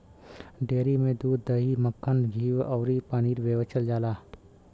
dairy में दूध, दही, मक्खन, घीव अउरी पनीर बेचल जाला